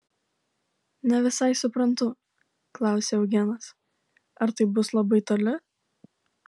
ne visai suprantu klausė eugenas ar tai bus labai toli